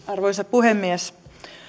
arvoisa puhemies